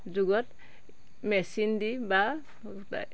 যুগত মেচিন দি বা